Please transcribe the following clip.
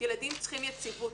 ילדים צריכים יציבות.